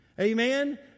Amen